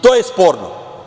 To je sporno.